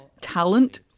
talent